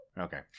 okay